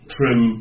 Trim